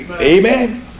Amen